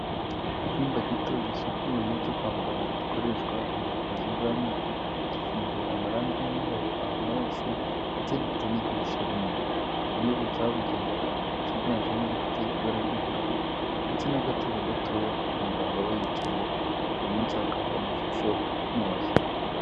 Icyumba gito gisukuye cyo kwa muganga gikoreshwa mu buvuzi bw'amenyo kisize amarangi y'mweru ahantu hose ndetse gifite n'idirishya rinini intebe zabugenewe ziganjemo izifite ibara ry'ubururu ndetse n'agatebe gatoya umuganga we yicayeho hari n'insakaza amashusho ntoya.